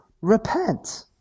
repent